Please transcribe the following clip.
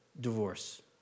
divorce